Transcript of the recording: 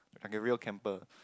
like a real camper